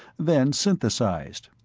then synthesised.